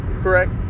correct